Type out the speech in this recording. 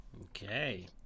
Okay